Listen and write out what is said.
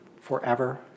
forever